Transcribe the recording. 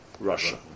Russia